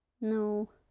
no